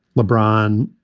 lebron,